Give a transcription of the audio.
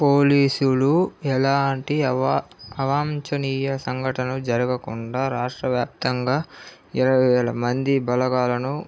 పోలీసులు ఎలాంటి అవ అవాంఛనీయ సంఘటనలు జరగకుండా రాష్ట్ర వ్యాప్తంగా ఇరవై వేల మంది బలగాలను